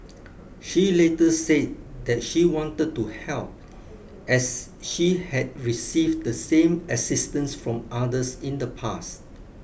she later said that she wanted to help as she had received the same assistance from others in the past